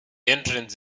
entrance